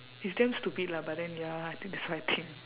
it's damn stupid lah but then ya I think that's what I think